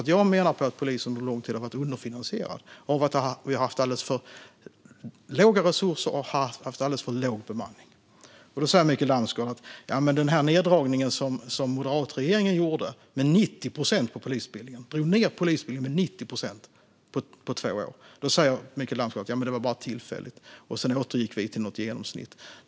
Jag menar att polisen under lång tid har varit underfinansierad och har haft alldeles för lite resurser och alldeles för låg bemanning. Mikael Damsgaard säger att den neddragning som den moderatledda regeringen gjorde när de drog ned på polisutbildningen med 90 procent på två år bara var tillfällig och att de sedan återgick till något genomsnitt.